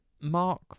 Mark